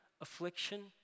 affliction